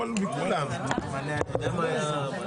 אז אולי גם פינדרוס ימשוך?